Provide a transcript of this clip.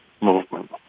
movement